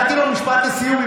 נתתי לו משפט לסיום,